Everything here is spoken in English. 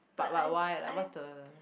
but why why like what the